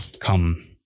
come